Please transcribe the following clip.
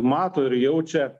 mato ir jaučia